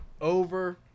Over